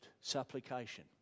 supplication